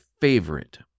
favorite